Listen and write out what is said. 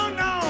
no